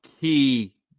key